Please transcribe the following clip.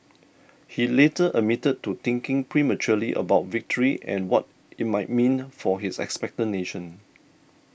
he later admitted to thinking prematurely about victory and what it might mean for his expectant nation